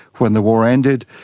when the war ended,